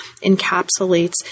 encapsulates